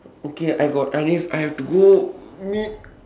okay I got I leave I have to go meet